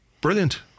Brilliant